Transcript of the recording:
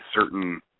certain